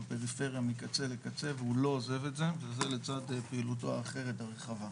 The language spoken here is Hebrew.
מקצה לקצה והוא לא עוזב את זה וזה לצד פעילותו האחרת והרחבה.